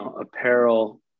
apparel